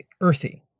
earthy